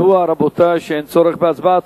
ידוע, רבותי, שאין צורך בהצבעה.